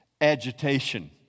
agitation